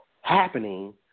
happening